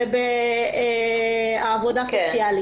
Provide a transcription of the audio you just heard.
הרווחה.